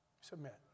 Submit